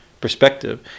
perspective